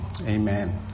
Amen